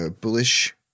bullish